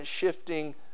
shifting